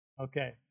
Okay